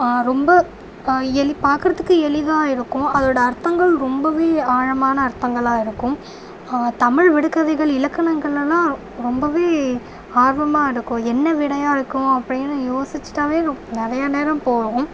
ரொம்ப எளி பாக்கறதுக்கு எளிதாக இருக்கும் அதோடய அர்த்தங்கள் ரொம்பவே ஆழமான அர்த்தங்களாக இருக்கும் தமிழ் விடுகதைகள் இலக்கணங்களெல்லாம் ரொம்பவே ஆர்வமாக இருக்கும் என்ன விடையாக இருக்கும் அப்படின்னு யோசிச்சுட்டாலே ரொ நிறையா நேரம் போகும்